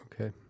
Okay